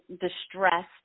distressed